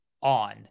on